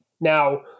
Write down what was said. Now